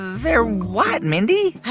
their what, mindy?